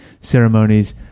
ceremonies